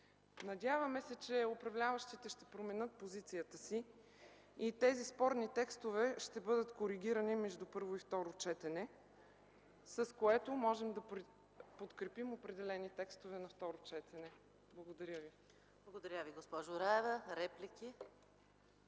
Надяваме се, че управляващите ще променят позицията си и тези спорни текстове ще бъдат коригирани между първо и второ четене, с което можем да подкрепим определени текстове на второ четене. Благодаря. ПРЕДСЕДАТЕЛ ЕКАТЕРИНА МИХАЙЛОВА: Благодаря, госпожо Раева. Реплики?